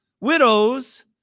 Widows